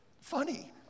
funny